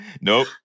Nope